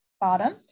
Bottom